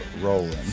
rolling